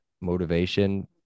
motivation